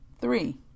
Three